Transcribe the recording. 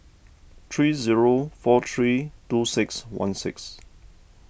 three zero four three two six one six